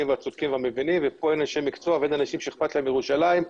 והצודקים והמבינים וכאן אין אנשי מקצוע ואין אנשים שאכפת להם מירושלים.